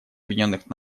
объединенных